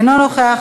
אינו נוכח,